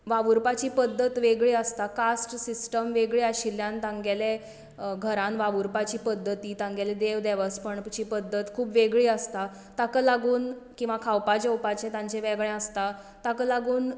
वावुरपाची पद्दत वेगळी आसता कास्ट सिस्टम वेगळी आशिल्ल्यान तांगेले घरान वावुरपाची पद्दती तांगेलें देव देवस्पण तांची पद्दत खूब वेगळी आसता ताका लागून किंवा खावपाक जेवपाचें तांचें वेगळें आसता ताका लागून